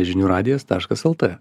žinių radijo taškas lt